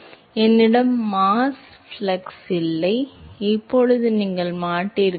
மாணவன் ஐயா என்னிடம் மாஸ் ஃப்ளக்ஸ் இல்லை இப்போது நீங்கள் மாட்டீர்கள்